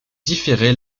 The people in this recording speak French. différer